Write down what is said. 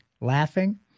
laughing